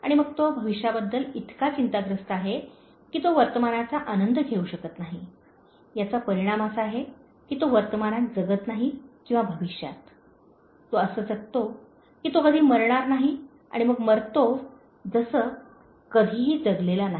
आणि मग तो भविष्याबद्दल इतका चिंताग्रस्त आहे की तो वर्तमानाचा आनंद घेऊ शकत नाही याचा परिणाम असा आहे की तो वर्तमानात जगत नाही किंवा भविष्यात तो असे जगतो की तो कधी मरणार नाही आणि मग मरतो जसे कधीही जगलेला नाही